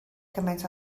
cymaint